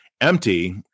empty